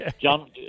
John